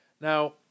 Now